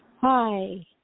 Hi